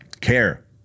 care